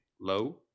Low